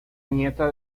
nieta